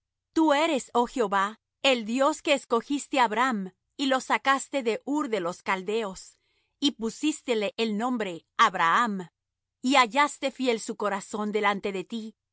tú eres oh jehová el dios que escogiste á abram y lo sacaste de ur de los caldeos y pusístele el nombre abraham y hallaste fiel su corazón delante de ti